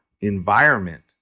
environment